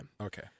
Okay